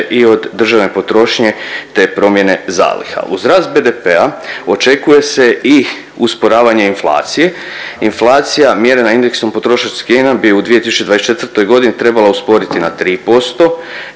i od državne potrošnje, te promjene zaliha. Uz rast BDP-a očekuje se i usporavanje inflacije. Inflacija mjerena indeksom potrošačkih cijena bi u 2024. godini trebala usporiti na 3%,